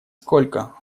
сколько